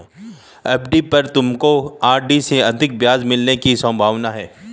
FD पर तुमको RD से अधिक ब्याज मिलने की संभावना है